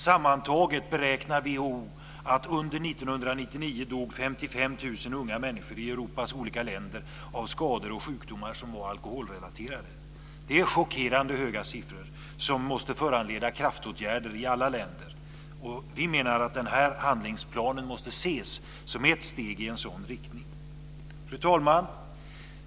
WHO beräknar att under 1999 dog sammantaget 55 000 unga människor i Europas olika länder av skador och sjukdomar som var alkoholrelaterade. Det är chockerande höga siffror som måste föranleda kraftåtgärder i alla länder. Vi menar att handlingsplanen måste ses som ett steg i en sådan riktning. Fru talman!